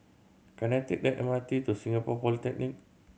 can I take the M R T to Singapore Polytechnic